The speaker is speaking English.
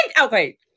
okay